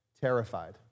terrified